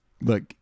look